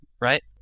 right